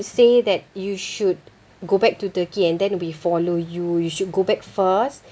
say that you should go back to Turkey and then we follow you you should go back first